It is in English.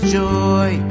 joy